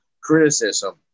criticism